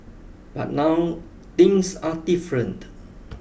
but now things are different